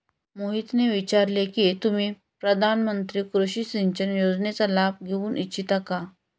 मोहितने विचारले की तुम्ही प्रधानमंत्री कृषि सिंचन योजनेचा लाभ घेऊ इच्छिता का?